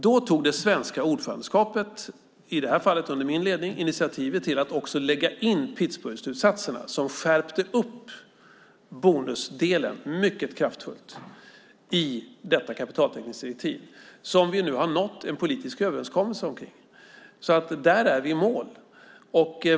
Då tog det svenska ordförandeskapet, i detta fall under min ledning, initiativet till att också lägga in Pittsburgh-slutsatserna, som skärpte upp bonusdelen mycket kraftfullt i detta kapitaltäckningsdirektiv som vi nu har nått en politisk överenskommelse omkring. Där är vi i mål.